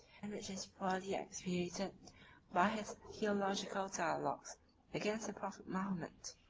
and which is poorly expiated by his theological dialogues against the prophet mahomet.